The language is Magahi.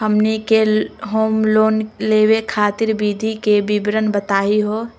हमनी के होम लोन लेवे खातीर विधि के विवरण बताही हो?